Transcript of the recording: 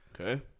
Okay